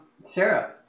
Sarah